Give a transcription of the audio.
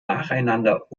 nacheinander